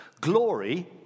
Glory